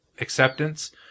acceptance